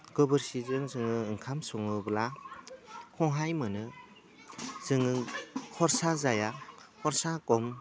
गोबोरखिजों जोङो ओंखाम सङोब्ला सहाय मोनो जोङो खरसा जाया खरसा खम